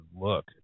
look